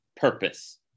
purpose